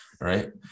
right